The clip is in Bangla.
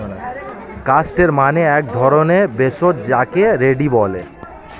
ক্যাস্টর মানে এক ধরণের ভেষজ যাকে রেড়ি বলে